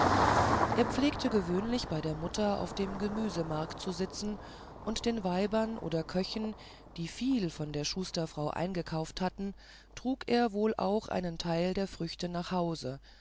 er pflegte gewöhnlich bei der mutter auf dem gemüsemarkt zu sitzen und den weibern oder köchen die viel bei der schustersfrau eingekauft hatten trug er wohl auch einen teil der früchte nach hause